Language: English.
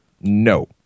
No